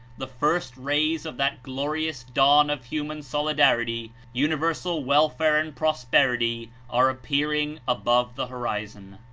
the first rays of that glorious dawn of human sol idarity, universal welfare and prosperity are appear ing above the horizon.